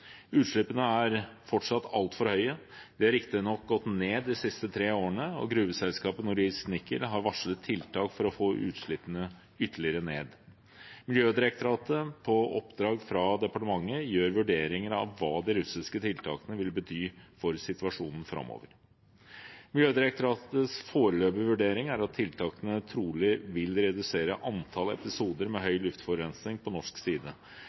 Utslippene er fortsatt altfor høye. De har riktignok gått ned de siste tre årene, og gruveselskapet Nornickel, tidligere Norilsk Nickel, har varslet tiltak for å få utslippene ytterligere ned. Miljødirektoratet gjør, på oppdrag fra departementet, vurderinger av hva de russiske tiltakene vil bety for situasjonen framover. Miljødirektoratets foreløpige vurdering er at tiltakene trolig vil redusere antallet episoder med høy luftforurensning på norsk side,